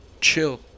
chill